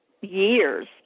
years